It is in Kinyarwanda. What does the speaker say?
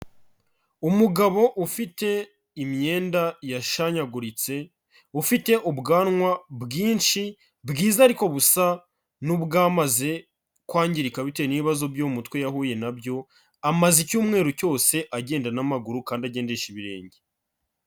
Umugabo ufite imyenda yashanyaguritse, ufite ubwanwa bwinshi bwiza ariko busa n'ubwamaze kwangirika bitewe n'ibibazo byo mu mutwe yahuye na byo, amaze icyumweru cyose agenda n'amaguru kandi agendesha ibirenge.